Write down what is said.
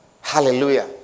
Hallelujah